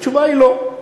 התשובה היא לא.